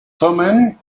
thummim